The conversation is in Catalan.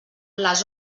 les